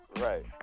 right